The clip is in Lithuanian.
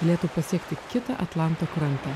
galėtų pasiekti kitą atlanto krantą